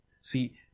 See